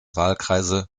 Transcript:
wahlkreise